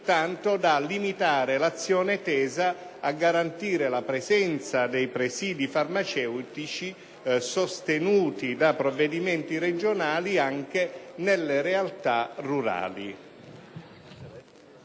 da limitare l'azione tesa a garantire la presenza dei presidi farmaceutici sostenuti da provvedimenti regionali anche nelle realtà rurali.